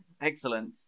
Excellent